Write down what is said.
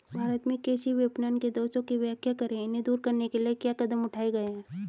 भारत में कृषि विपणन के दोषों की व्याख्या करें इन्हें दूर करने के लिए क्या कदम उठाए गए हैं?